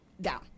down